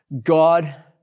God